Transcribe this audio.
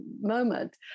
moment